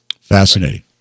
fascinating